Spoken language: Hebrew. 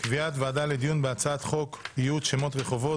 קביעת ועדה לדיון בהצעת חוק איות שמות רחובות,